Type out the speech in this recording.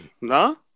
No